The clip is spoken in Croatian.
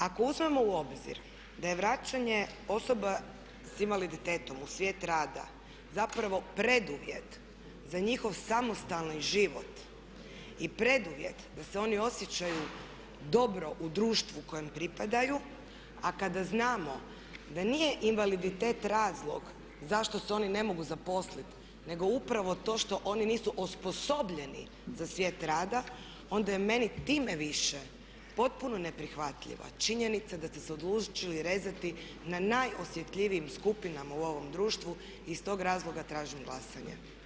Ako uzmemo u obzir da je vraćanje osoba sa invaliditetom u svijet rada zapravo preduvjet za njihov samostalni život i preduvjet da se oni osjećaju dobro u društvu kojem pripadaju, a kada znamo da nije invaliditet razlog zašto se oni ne mogu zaposliti, nego upravo to što oni nisu osposobljeni za svijet rada, onda je meni time više potpuno neprihvatljiva činjenica da ste se odlučili rezati na najosjetljivijim skupinama u ovom društvu i iz tog razloga tražim glasanje.